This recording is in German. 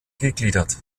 gegliedert